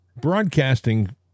Broadcasting